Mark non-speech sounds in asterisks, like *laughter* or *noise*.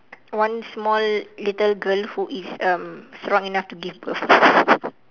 one small little girl who is um strong enough to give birth *laughs*